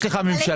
יש לך ממשלה,